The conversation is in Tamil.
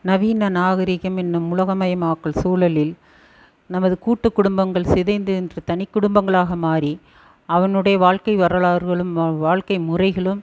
நவீன நாகரிகம் என்னும் உலகமயமாக்கல் சூழலில் நமது கூட்டு குடும்பங்கள் சிதைந்து இன்று தனி குடும்பங்களாக மாறி அதனுடைய வாழ்க்கை வரலாறுகளும் வாழ்க்கை முறைகளும்